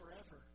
forever